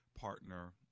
partner